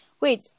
Wait